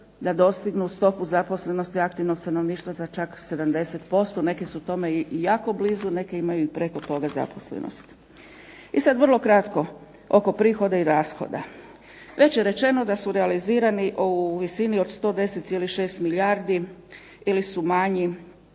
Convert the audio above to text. da dostignu stopu zaposlenosti aktivnog stanovništva za čak 70%. Neke su tome jako blizu, neke imaju i preko toga zaposlenost. I sada vrlo kratko oko prihoda i rashoda. Već je rečeno da su realizirani u visini od 110,6 milijardi ili su manji